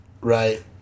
right